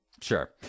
Sure